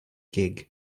gig